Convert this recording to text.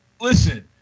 listen